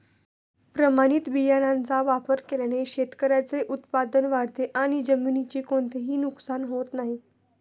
प्रमाणित बियाण्यांचा वापर केल्याने शेतकऱ्याचे उत्पादन वाढते आणि जमिनीचे कोणतेही नुकसान होत नाही